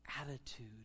attitude